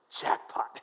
jackpot